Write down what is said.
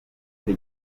icyo